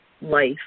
life